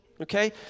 okay